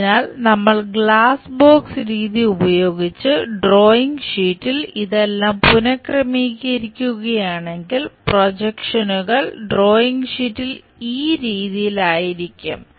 അതിനാൽ നമ്മൾ glass box രീതി ഉപയോഗിച്ച് ഡ്രോയിംഗ് ഷീറ്റിൽ ഇതെല്ലാം പുനഃക്രമീകരിക്കുകയാണെങ്കിൽ പ്രൊജക്ഷനുകൾ ഡ്രോയിംഗ് ഷീറ്റിൽ ഈ രീതിയിൽ ആയിരിക്കും